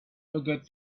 occurred